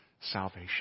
salvation